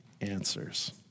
answers